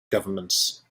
governments